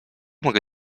mogę